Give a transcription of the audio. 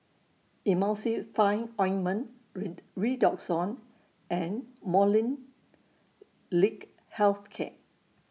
Emulsying Fine Ointment Redoxon and Molnylcke Health Care